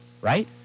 right